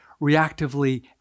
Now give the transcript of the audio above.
reactively